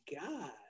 God